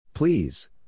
Please